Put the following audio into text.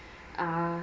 ah